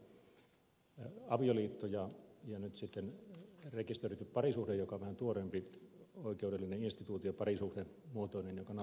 ensinnäkin avioliitto ja nyt sitten rekisteröity parisuhde joka on vähän tuoreempi oikeudellinen instituutio parisuhdemuotoinen joka nauttii lainsuojaa